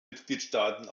mitgliedstaaten